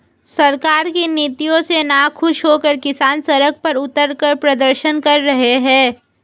सरकार की नीतियों से नाखुश होकर किसान सड़क पर उतरकर प्रदर्शन कर रहे हैं